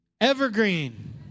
evergreen